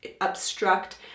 obstruct